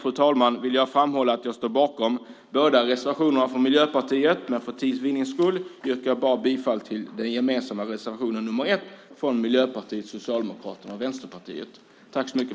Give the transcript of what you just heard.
Slutligen vill jag framhålla att jag står bakom Miljöpartiets båda reservationer, men för att vinna tid yrkar jag bara bifall till den gemensamma reservationen nr 1 från Miljöpartiet, Socialdemokraterna och Vänsterpartiet.